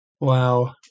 Wow